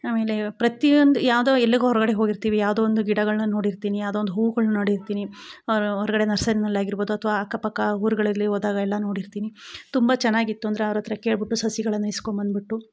ಆಮೇಲೆ ಪ್ರತಿಯೊಂದು ಯಾವುದೋ ಎಲ್ಲಿಗೊ ಹೊರಗಡೆ ಹೋಗಿರ್ತಿವಿ ಯಾವುದೋ ಒಂದು ಗಿಡಗಲನ್ನ ನೋಡಿರ್ತಿನಿ ಯಾವುದೋ ಒಂದು ಹೂಗಳ್ನ ನೋಡಿರ್ತಿನಿ ಅವ್ರು ಹೊರಗಡೆ ನರ್ಸರಿನಲ್ಲಿ ಆಗಿರ್ಬೋದು ಅಥ್ವ ಅಕ್ಕ ಪಕ್ಕ ಊರುಗಳಲ್ಲಿ ಹೋದಾಗೆಲ್ಲ ನೋಡಿರ್ತಿನಿ ತುಂಬ ಚೆನ್ನಾಗಿತ್ತು ಅಂದರೆ ಅವ್ರ ಹತ್ತಿರ ಕೇಳಿಬಿಟ್ಟು ಸಸಿಗಳನ್ನು ಇಸ್ಕೊಂಡು ಬಂದುಬಿಟ್ಟು